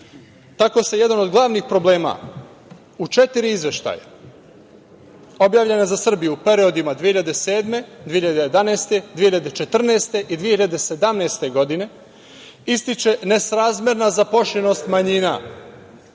Tako se jedan od glavnih problema u četiri izveštaja, objavljena za Srbiju u periodima 2007, 2011, 2014. i 2017. godine, ističe nesrazmerna zaposlenost manjina